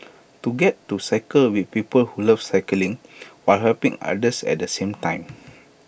to get to cycle with people who love cycling while helping others at the same time